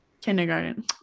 Kindergarten